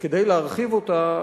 וכדי להרחיב אותה,